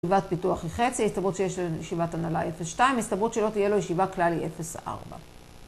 ישיבת פיתוח היא חצי, ההסתברות שיש ישיבת הנהלה 0.2, ההסתברות שלא תהיה לו ישיבה כלל היא 0.4.